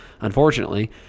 unfortunately